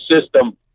system